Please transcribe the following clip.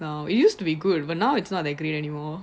now it used to be good but now it's not that great anymore